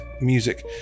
music